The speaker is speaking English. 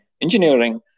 engineering